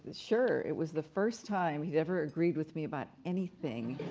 sure. it was the first time he'd ever agreed with me about anything,